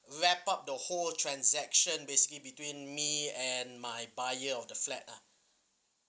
wrap up the whole transaction basically between me and my buyer of the flat lah